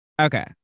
Okay